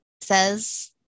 says